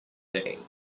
day